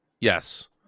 Yes